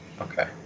Okay